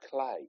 clay